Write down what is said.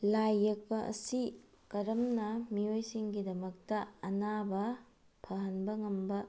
ꯂꯥꯏ ꯌꯦꯛꯄ ꯑꯁꯤ ꯀꯔꯝꯅ ꯃꯤꯑꯣꯏꯁꯤꯡꯒꯤꯗꯃꯛꯇ ꯑꯅꯥꯕ ꯐꯍꯟꯕ ꯉꯝꯕ